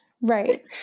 Right